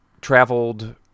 traveled